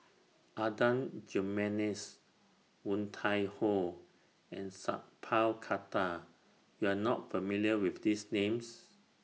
Adan Jimenez Woon Tai Ho and Sat Pal Khattar YOU Are not familiar with These Names